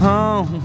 Home